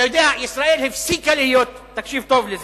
אדוני השר, תקשיב טוב לזה,